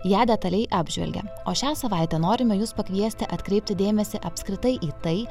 ją detaliai apžvelgė o šią savaitę norime jus pakviesti atkreipti dėmesį apskritai į tai